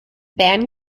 ban